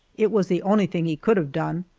it was the only thing he could have done.